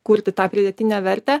kurti tą pridėtinę vertę